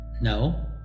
no